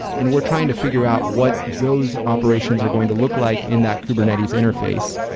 and we're trying to figure out what those operations are going to look like in that kubernetes interface.